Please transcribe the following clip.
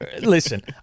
Listen